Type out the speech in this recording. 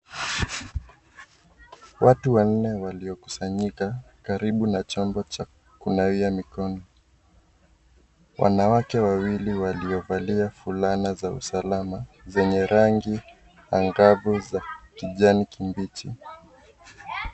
Watu wanne walio kusanyika karibu na chobo cha kunawia mikono. Wanawake wawili walio valia fulana za usalama zenye rangi angavu za kijani kibichi.